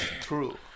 true